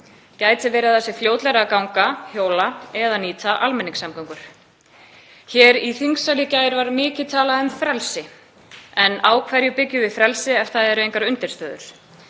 Gæti verið að það sé fljótlegra að ganga, hjóla eða nýta almenningssamgöngur? Hér í þingsal í gær var mikið talað um frelsi, en á hverju byggjum við frelsi ef það eru engar undirstöður?